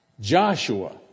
Joshua